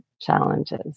challenges